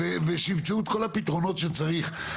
ושימצאו את כל הפתרונות שצריך.